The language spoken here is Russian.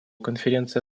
конференция